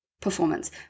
performance